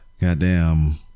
goddamn